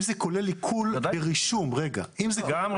אם זה כולל עיקול ברישום --- גם רישום,